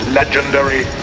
legendary